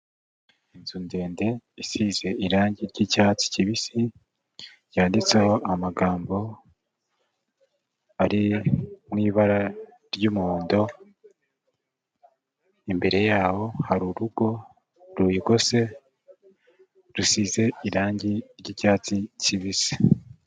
Inzu ndende isize irangi ry'icyatsi kibisi, ryanditseho amagambo ari mu ibara ry'umuhondo, imbere yaho hari urugo ruyigose, rusize irangi ry'icyatsi kibisi.